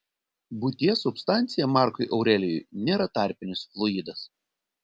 būties substancija markui aurelijui nėra tarpinis fluidas